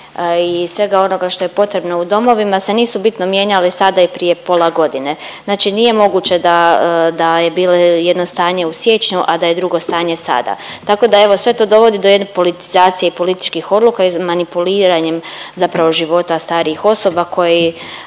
i svega onoga što je potrebno u domovima se nisu bitno mijenjali sada i prije pola godine. Znači nije moguće da je bilo jedno stanje u siječnju, a da je drugo stanje sada. Tako da evo sve to dovodi do jedne politizacije i političkih odluka i manipuliranjem zapravo života starijih osoba koji